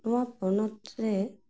ᱱᱚᱣᱟ ᱯᱚᱱᱚᱛᱨᱮ